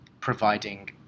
providing